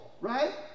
Right